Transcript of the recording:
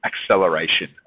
acceleration